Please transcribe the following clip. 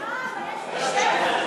מר גפני, סליחה אבל, מה קורה לנו?